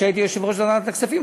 כשהייתי יושב-ראש ועדת הכספים,